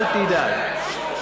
אל תדאג.